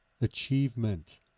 achievement